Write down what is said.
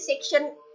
section